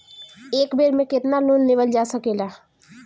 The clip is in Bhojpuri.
एक बेर में केतना लोन लेवल जा सकेला?